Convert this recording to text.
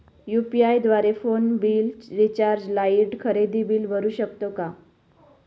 UPI द्वारे phone bill, recharge, light, खरेदी bill भरू शकतो का?